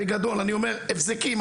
בגדול אני אומר הבזקים,